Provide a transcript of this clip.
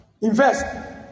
Invest